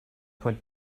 put